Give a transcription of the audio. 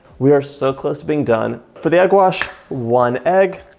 we are so close to being done for the egg wash, one egg,